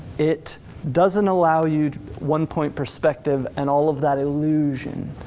it doesn't allow you one point perspective and all of that illusion.